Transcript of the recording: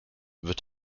wird